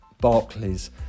Barclays